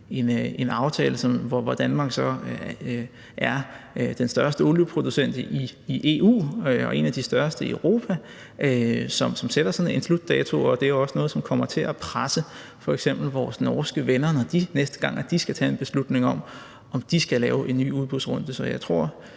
en aftale, hvor Danmark så er den største olieproducent i EU og en af de største i Europa, som sætter sådan en slutdato, og det er også noget, som kommer til at presse f.eks. vores norske venner, når de næste gang skal tage en beslutning om, om de skal lave en ny udbudsrunde.